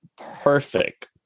perfect